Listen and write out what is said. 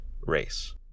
race